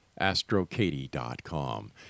AstroKatie.com